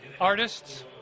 artists